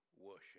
worship